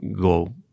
go